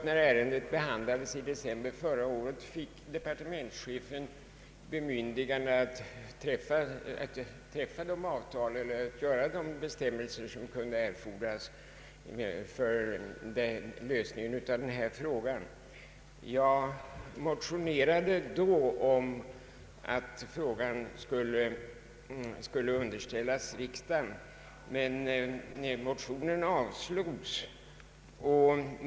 När ärendet behandlades i december förra året, fick departementschefen bemyndigande att utarbeta de bestämmelser som kunde erfordras. Jag motionerade då om att frågan skulle underställas riksdagen, men motionen avslogs.